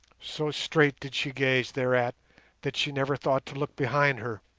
so straight did she gaze thereat that she never thought to look behind her.